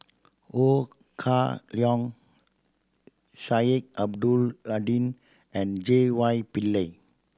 Ho Kah Leong Sheik Lddin and J Y Pillay